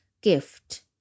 gift